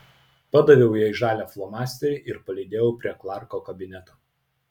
padaviau jai žalią flomasterį ir palydėjau prie klarko kabineto